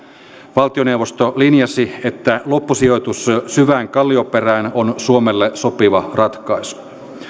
valtioneuvosto linjasi että loppusijoitus syvään kallioperään on suomelle sopiva ratkaisu